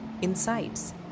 insights